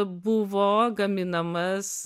buvo gaminamas